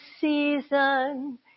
season